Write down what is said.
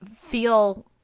feel